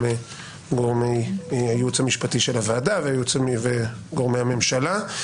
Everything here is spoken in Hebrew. גם גורמי הייעוץ המשפטי של הוועדה וגורמי הממשלה.